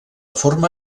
forma